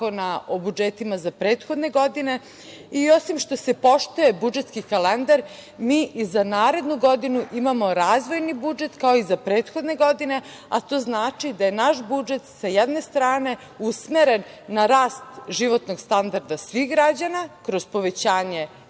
o budžetima za prethodne godine. Osim što se poštuje budžetski kalendar mi i za narednu godinu imamo razvoji budžet, kao i za prethodne godine, a to znači da je naš budžet, sa jedne strane usmeren na rast životnog standarda svih građana, kroz povećanje